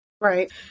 Right